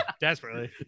desperately